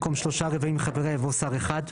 במקום 'שלושה רבעים מחבריה' יבוא 'שר אחד'.